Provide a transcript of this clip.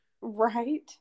right